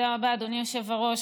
תודה רבה, אדוני היושב-ראש.